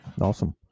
Awesome